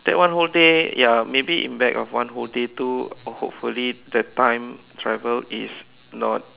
that one whole day ya maybe in back of one whole day too or hopefully the time travelled is not